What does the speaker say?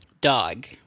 dog